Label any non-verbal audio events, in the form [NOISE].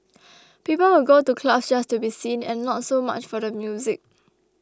[NOISE] people would go to clubs just to be seen and not so much for the music